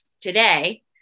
today